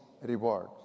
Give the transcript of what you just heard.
reward